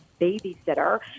babysitter